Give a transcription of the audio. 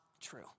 true